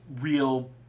real